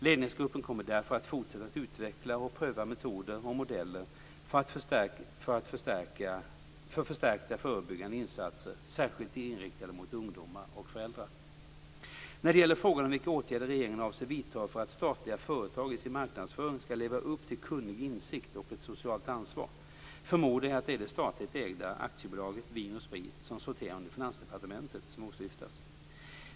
Ledningsgruppen kommer därför att fortsätta att utveckla och pröva metoder och modeller för förstärkta förebyggande insatser särskilt inriktade mot ungdomar och föräldrar. När det gäller frågan om vilka åtgärder regeringen avser vidta för att statliga företag i sin marknadsföring skall leva upp till kunnig insikt och ett socialt ansvar, förmodar jag att det är det statligt ägda aktiebolaget Vin & Sprit som sorterar under Finansdepartementet som åsyftas.